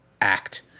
act